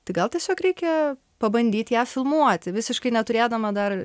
tai gal tiesiog reikia pabandyt ją filmuoti visiškai neturėdama dar